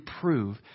prove